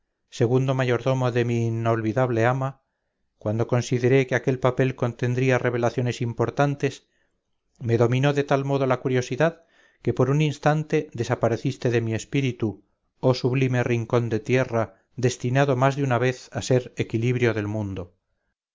segundo mayordomo de mi inolvidableama cuando consideré que aquel papel contendría revelaciones importantes me dominó de tal modo la curiosidad que por un instante desapareciste de mi espíritu oh sublime rincón de tierra destinado más de una vez a ser equilibrio del mundo